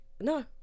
No